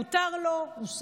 מותר לו, הוא שר,